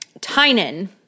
Tynan